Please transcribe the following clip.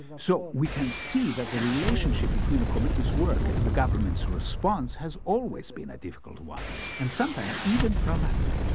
so, we can see that the relationship between the committee's work and the government's response has always been a difficult one and sometimes even dramatic.